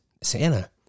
Santa